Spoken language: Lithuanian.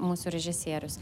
mūsų režisierius